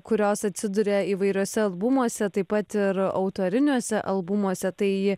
kurios atsiduria įvairiuose albumuose taip pat ir autoriniuose albumuose tai